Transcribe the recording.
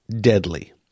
deadly